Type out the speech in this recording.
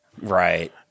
right